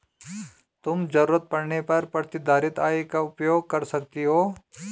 तुम ज़रूरत पड़ने पर प्रतिधारित आय का उपयोग कर सकती हो